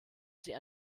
sie